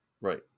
Right